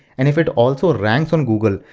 and if it also ranks on google,